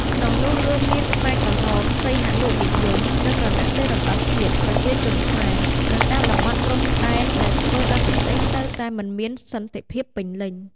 ក្នុងនោះ រួមមានខ្មែរក្រហម សីហនុនិយម និង រណសិរ្សរំដោះជាតិប្រជាជនខ្មែរ នៅតាមតំបន់ព្រំដែន ដែលធ្វើឱ្យប្រទេសនៅតែមិនមានសន្តិភាពពេញលេញ។